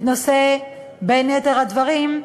בין יתר הדברים,